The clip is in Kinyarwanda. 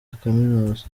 akaminuza